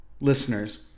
listeners